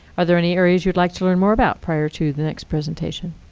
are there any areas you'd like to learn more about, prior to the next presentation?